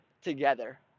together